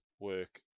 work